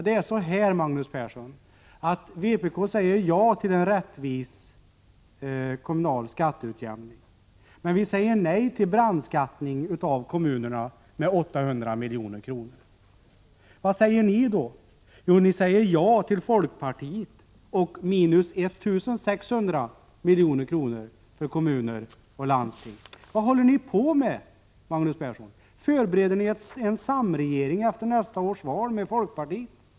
Det är så, Magnus Persson, att vpk säger ja till en rättvis skatteutjämning men nej till brandskattning av kommunerna med 800 milj.kr. Vad säger då ni? Jo, ni säger ja till folkpartiets förslag som innebär minus 1 600 milj.kr. till kommuner och landsting. Vad håller ni på med, Magnus Persson? Förbereder ni en samregering med folkpartiet efter nästa års val?